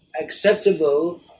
acceptable